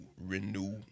renew